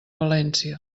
valència